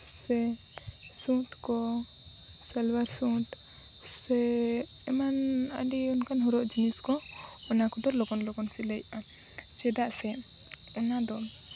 ᱥᱮ ᱥᱩᱴ ᱠᱚ ᱥᱟᱞᱣᱟᱨ ᱥᱩᱴ ᱥᱮ ᱮᱢᱟᱱ ᱟᱹᱰᱤ ᱚᱱᱠᱟᱱ ᱦᱚᱨᱚᱜ ᱡᱤᱱᱤᱥ ᱠᱚ ᱚᱱᱟ ᱠᱚᱫᱚ ᱞᱚᱜᱚᱱᱼᱞᱚᱜᱚᱱ ᱥᱤᱞᱟᱹᱭᱚᱜᱼᱟ ᱪᱮᱫᱟᱜ ᱥᱮ ᱚᱱᱟ ᱫᱚ